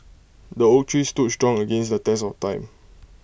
the oak tree stood strong against the test of time